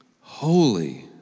holy